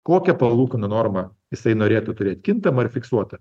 kokią palūkanų normą jisai norėtų turėt kintamą ar fiksuotą